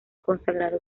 consagrado